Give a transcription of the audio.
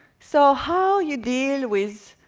so how you deal with